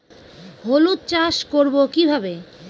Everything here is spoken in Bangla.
হলুদ চাষ করব কিভাবে?